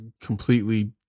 completely